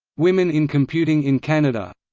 women in computing in canada